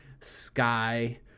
sky